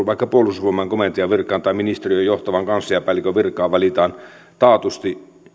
vaikka puolustusvoimain komentajan virkaan tai ministeriön johtavan kansliapäällikön virkaan valitaan taatusti